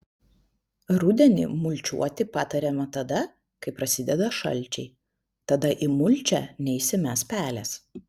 rudenį mulčiuoti patariama tada kai prasideda šalčiai tada į mulčią neįsimes pelės